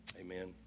Amen